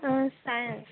science